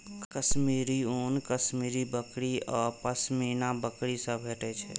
कश्मीरी ऊन कश्मीरी बकरी आ पश्मीना बकरी सं भेटै छै